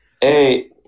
Hey